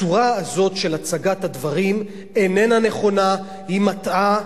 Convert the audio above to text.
הצורה הזאת של הצגת הדברים איננה נכונה, היא מטעה,